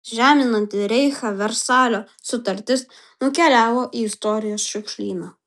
žeminanti reichą versalio sutartis nukeliavo į istorijos šiukšlyną